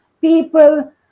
people